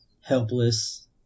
helpless